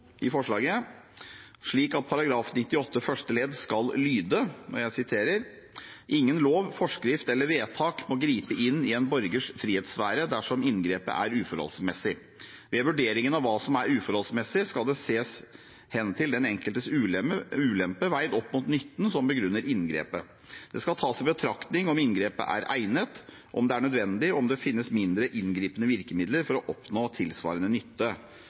slik at § 98 første ledd skal lyde: «Ingen lov, forskrift eller vedtak må gripe inn i en borgers frihetssfære dersom inngrepet er uforholdsmessig. Ved vurderingen av hva som er uforholdsmessig skal det ses hen til den enkeltes ulempe veid opp mot nytten som begrunner inngrepet. Det skal tas i betraktning om inngrepet er egnet, om det er nødvendig, og om det finnes mindre inngripende virkemidler for å oppnå tilsvarende nytte.»